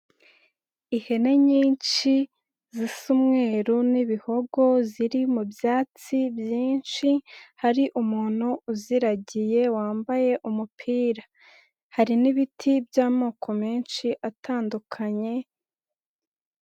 Ihene nyinshi zisa umweru n'ibihogo ziri mu byatsi byinshi, hari umuntu uziragiye wambaye umupira. Hari n'ibiti by'amoko menshi atandukanye.